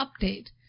update